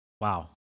Wow